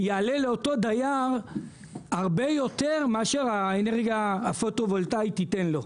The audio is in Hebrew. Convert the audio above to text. יעלה לאותו דייר הרבה יותר מאשר האנרגיה הפוטו-וולטאית תיתן לו.